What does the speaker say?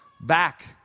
back